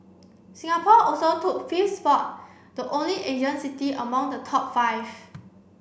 Singapore also took fifth spot the only Asian city among the top five